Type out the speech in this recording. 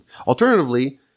Alternatively